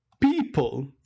people